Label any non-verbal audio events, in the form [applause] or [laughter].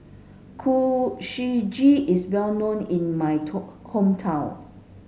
Kuih Suji is well known in my [unintelligible] hometown